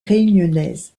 réunionnaise